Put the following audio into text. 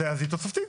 אז היא תוספתית.